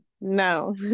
No